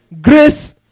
Grace